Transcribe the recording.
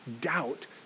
Doubt